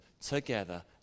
together